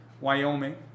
Wyoming –